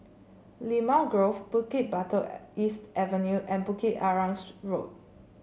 Limau Grove Bukit Batok East Avenue and Bukit Arang Road